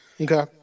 Okay